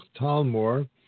Talmor